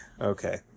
okay